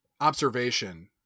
observation